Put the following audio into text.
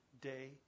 day